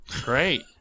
Great